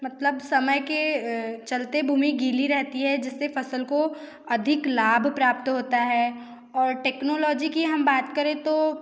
मतलब समय के चलते भूमि गीली रहती है जिससे फ़सल को अधिक लाभ प्राप्त होता है और टेक्नोलॉजी की हम बात करें तो